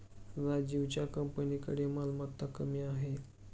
राजीवच्या कंपनीकडे मालमत्ता कमी आहे